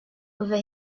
over